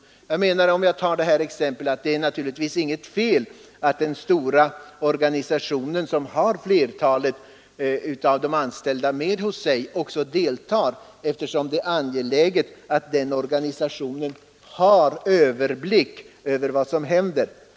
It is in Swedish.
Det är givetvis inget fel att den stora organisationen, som har flertalet av de anställda anslutna till sig, deltar i överläggningarna. Det är naturligtvis angeläget att den avtalsslutande organisationen har överblick över vad som händer.